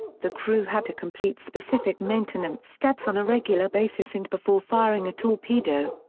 the crew had to complete specific maintenance steps on a regular basis and before firing a torpedo.